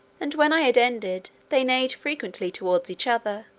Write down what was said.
and when i had ended, they neighed frequently towards each other,